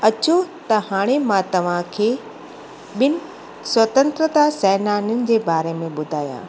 अचो त हाणे मां तव्हांखे ॿिनि स्वतंत्रता सैनानियुनि जे बारे में ॿुधायां